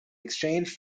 exchanged